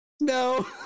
No